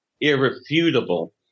irrefutable